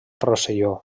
rosselló